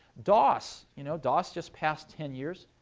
dos you know, dos, just passed ten years.